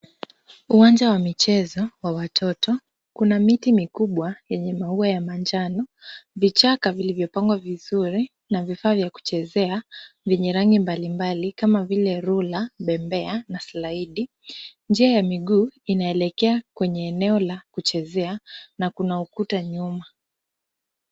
Uwanja wa michezo wa watoto. Kuna miti mikubwa yenye maua ya manjano, vichaka vilivyopangwa vizuri na vifaa vya kuchezea vyenye rangi mbalimbali kama vile rula, bembea na slaidi . Njia ya miguu inaelekea kwenye eneo la kuchezea na kuna ukuta nyuma.